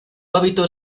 hábito